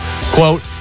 Quote